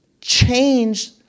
change